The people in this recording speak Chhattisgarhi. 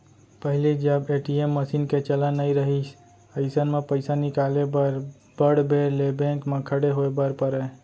पहिली जब ए.टी.एम मसीन के चलन नइ रहिस अइसन म पइसा निकाले बर बड़ बेर ले बेंक म खड़े होय बर परय